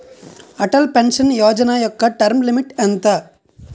Atal pension Yojana యెక్క term limit ఎంత?